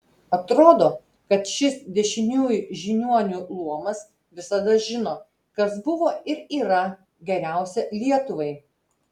atrodo kad šis dešiniųjų žiniuonių luomas visada žino kas buvo ir yra geriausia lietuvai